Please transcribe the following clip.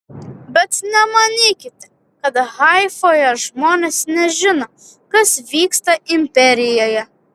bet nemanykite kad haifoje žmonės nežino kas vyksta imperijoje